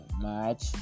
match